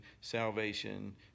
salvation